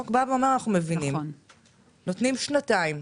החוק נותן שנתיים.